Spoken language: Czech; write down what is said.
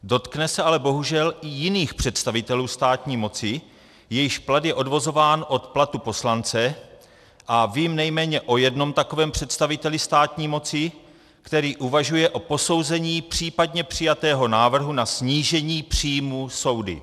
Dotkne se ale bohužel i jiných představitelů státní moci, jejichž plat je odvozován od platu poslance, a vím nejméně o jednom takovém představiteli státní moci, který uvažuje o posouzení případně přijatého návrhu na snížení příjmů soudy.